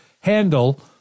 handle